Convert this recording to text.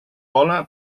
bona